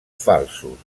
falsos